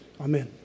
Amen